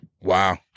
Wow